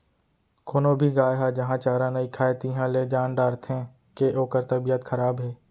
कोनो भी गाय ह जहॉं चारा नइ खाए तिहॉं ले जान डारथें के ओकर तबियत खराब हे